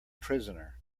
prisoner